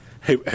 Hey